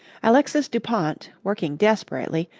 alexis dupont, working desperately,